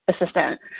assistant